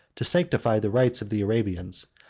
to sanctify the rites of the arabians,